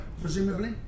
Presumably